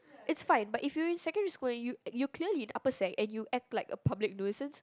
it's fine but if you in secondary school then you you clearly in upper sec and you act like a public nuisance